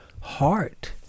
heart